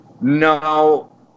No